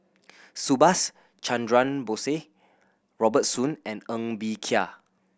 Subhas Chandra Bose Robert Soon and Ng Bee Kia